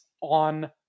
on